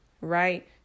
right